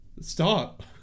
stop